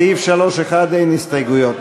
לסעיף 3(1) אין הסתייגויות.